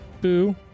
boo